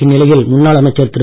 இந்நிலையில் முன்னாள் அமைச்சர் திரு